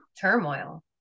turmoil